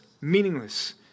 meaningless